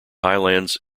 highlands